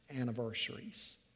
anniversaries